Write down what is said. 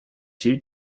two